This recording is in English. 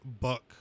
Buck